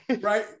Right